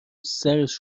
سرش